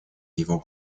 его